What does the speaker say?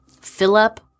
Philip